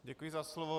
Děkuji za slovo.